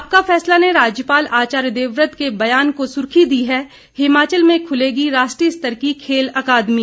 आपका फैसला ने राज्यपाल आचार्य देवव्रत के बयान को सुर्खी दी है हिमाचल में खुलेगी राष्ट्रीय स्तर की खेल अकादमी